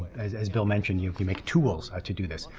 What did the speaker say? as as bill mentioned you can make tools to do this.